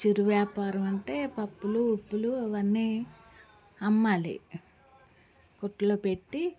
చిరు వ్యాపారమంటే పప్పులు ఉప్పులు అవన్నీ అమ్మాలి కొట్లో పెట్టి